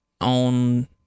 on